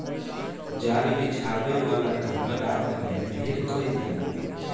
जाल बिछावे वाला काम रात में ढेर कईल जाला